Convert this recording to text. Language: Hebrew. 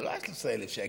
זה לא ה-13,000 שקל.